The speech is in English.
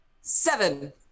Seven